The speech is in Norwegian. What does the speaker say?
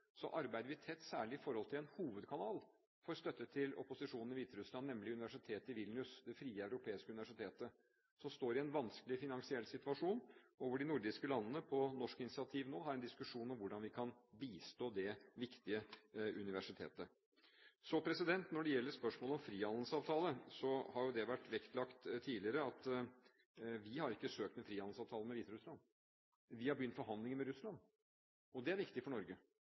arbeider vi tett særlig i forhold til en hovedkanal for støtte til opposisjonen i Hviterussland, nemlig universitetet i Vilnius, det frie europeiske universitetet, som står i en vanskelig finansiell situasjon, og hvor de nordiske landene, på norsk initiativ, har en diskusjon om hvordan vi kan bistå det viktige universitetet. Når det gjelder spørsmålet om frihandelsavtale, har det vært vektlagt tidligere at vi ikke har søkt en frihandelsavtale med Hviterussland. Vi har begynt forhandlinger med Russland. Det er viktig for Norge.